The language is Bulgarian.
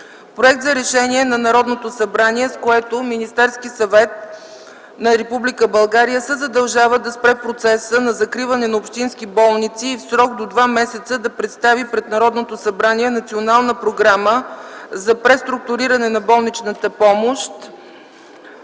Проект за решение на Народното събрание, с което Министерският съвет на Република България се задължава да спре процеса на закриване на общински болници и в срок до два месеца да представи пред Народното събрание национална програма за преструктуриране на болничната помощ